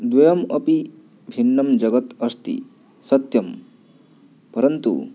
द्वयम् अपि भिन्नं जगत् अस्ति सत्यं परन्तु